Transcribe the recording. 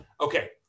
Okay